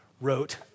wrote